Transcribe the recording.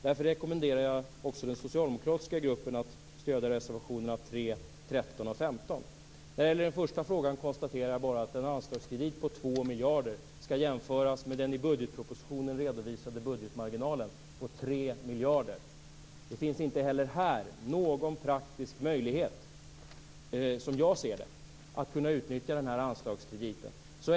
Därför rekommenderar jag också den socialdemokratiska gruppen att stödja reservationerna 3, 13 och När det gäller den första frågan konstaterar jag bara att en anslagskredit på 2 miljarder skall jämföras med den i budgetpropositionen redovisade budgetmarginalen på 3 miljarder. Det finns inte heller här någon praktisk möjlighet, som jag ser det, att kunna utnyttja anslagskrediten.